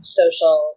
social